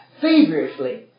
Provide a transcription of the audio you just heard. feverishly